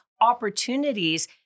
opportunities